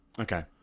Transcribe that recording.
Okay